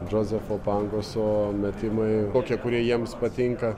džozefo pangoso metimai tokie kurie jiems patinka